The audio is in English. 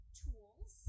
tools